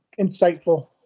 insightful